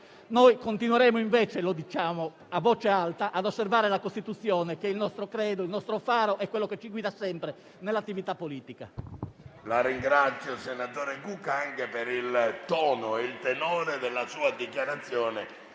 continueremo - lo diciamo a voce alta - a osservare la Costituzione, che è il nostro credo, il faro che ci guida sempre nell'attività politica.